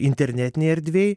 internetinėj erdvėj